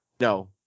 no